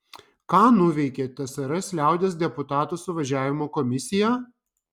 ką nuveikė tsrs liaudies deputatų suvažiavimo komisija